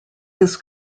his